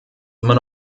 immer